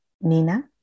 Nina